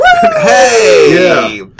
Hey